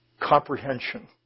comprehension